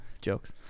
jokes